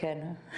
ממש.